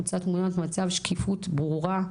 רוצה תמונת מצב, שקיפות ברורה.